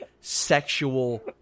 sexual